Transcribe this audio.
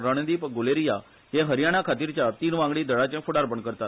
रणदीप ग्लेरीया हे हरयाणाखातीरच्या तीन वांगडी दळाचे फुडारपण करतात